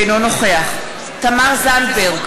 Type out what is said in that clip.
אינו נוכח תמר זנדברג,